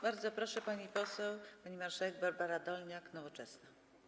Bardzo proszę, pani poseł, pani marszałek Barbara Dolniak, Nowoczesna.